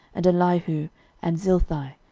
and elihu, and zilthai,